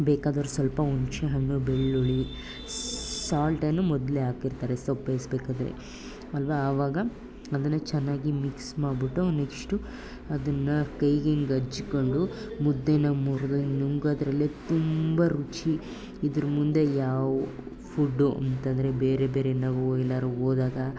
ಬೇಕಾದೋರು ಸ್ವಲ್ಪ ಹುಣಸೇ ಹಣ್ಣು ಬೆಳ್ಳುಳ್ಳಿ ಸಾಲ್ಟನ್ನು ಮೊದಲೇ ಹಾಕಿರ್ತಾರೆ ಸೊಪ್ಪು ಬೇಯಿಸಬೇಕಾದ್ರೆ ಅಲ್ವ ಆವಾಗ ಅದನ್ನು ಚೆನ್ನಾಗಿ ಮಿಕ್ಸ್ ಮಾಡಿಬಿಟ್ಟು ನೆಕ್ಸ್ಟು ಅದನ್ನು ಕೈಗಿಂಗೆ ಹಂಚಿಕೊಂಡು ಮುದ್ದೇನ ಮುರಿದು ಹಿಂಗೆ ನುಂಗೋದರಲ್ಲಿ ತುಂಬ ರುಚಿ ಇದ್ರ ಮುಂದೆ ಯಾವ ಫುಡ್ಡು ಅಂತಂದ್ರೆ ಬೇರೆ ಬೇರೆ ನಾವು ಎಲ್ಲರೂ ಹೋದಾಗ